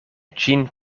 ĝin